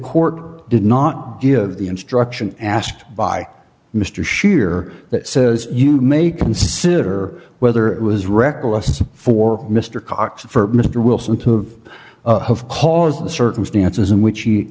court did not give the instruction asked by mr scheer that says you may consider whether it was reckless or for mr cox for mr wilson to of of cause the circumstances in which he